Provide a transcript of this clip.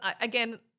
again